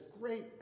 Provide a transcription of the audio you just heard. great